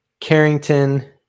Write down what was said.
Carrington